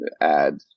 add